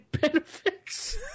benefits